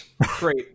great